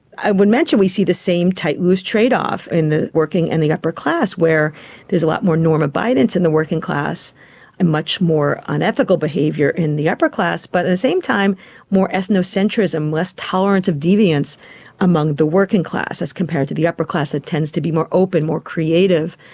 i would mention we see the same tight loose trade-off in the working and the upper class where there's a lot more norm abidance in the working class and much more unethical behaviour in the upper class, but at the same time more ethnocentrism, less tolerance of deviance among the working class as compared to the upper class, it tends to be more open, more creative.